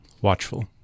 watchful